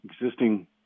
existing